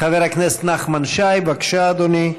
חבר הכנסת נחמן שי, בבקשה, אדוני.